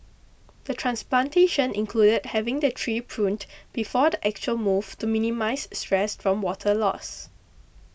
the transplantation included having the tree pruned before the actual move to minimise stress from water loss